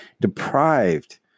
deprived